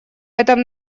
этом